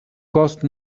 course